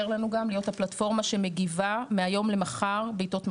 לנו גם להיות הפלטפורמה שמגיבה מהיום למחר בעתות משבר.